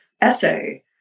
essay